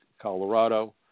Colorado